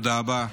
תודה רבה.